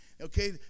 Okay